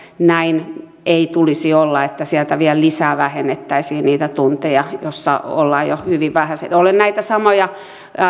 näin ei tulisi olla että sieltä vielä lisää vähennettäisiin niitä tunteja jolloin ollaan jo hyvin vähäisellä olen näitä samoja